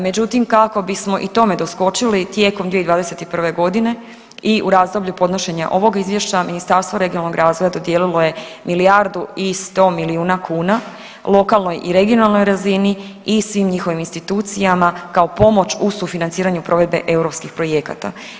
Međutim, kako bismo i tome doskočili tijekom 2021. godine i u razdoblju podnošenja ovog izvješća Ministarstvo regionalnog razvoja dodijelilo je milijardu i 100 milijuna kuna lokalnoj i regionalnoj razini i svim njihovim institucijama kao pomoć u sufinanciranju provedbe europskih projekata.